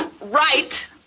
right